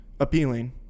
appealing